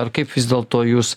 ar kaip vis dėlto jūs